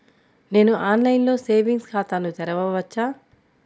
నేను ఆన్లైన్లో సేవింగ్స్ ఖాతాను తెరవవచ్చా?